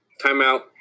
Timeout